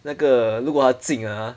那个如果他进 ah